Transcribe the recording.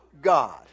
God